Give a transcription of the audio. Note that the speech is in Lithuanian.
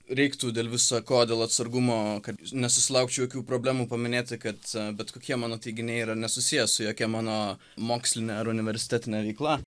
reiktų dėl visa ko dėl atsargumo kad nesusilaukčiau jokių problemų paminėti kad bet kokie mano teiginiai yra nesusiję su jokia mano moksline ar universitetine veikla